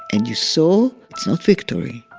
and you saw it's not victory,